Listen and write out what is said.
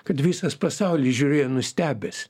kad visas pasaulis žiūrėjo nustebęs